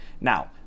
Now